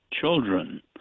children